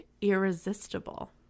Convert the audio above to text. irresistible